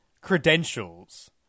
credentials